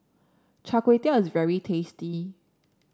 Char Kway Teow is very tasty